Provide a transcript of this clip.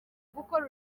gukora